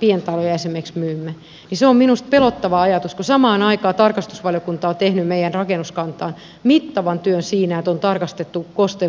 pientaloja esimerkiksi me suomessa myymme on minusta pelottava ajatus kun samaan aikaan tarkastusvaliokunta on tehnyt meidän rakennuskantaan mittavan työn siinä että on tarkastettu kosteus ja homeongelmia ja niiden syitä